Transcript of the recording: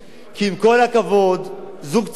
כי עם כל הכבוד, זוג צעיר,